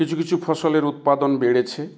কিছু কিছু ফসলের উৎপাদন বেড়েছে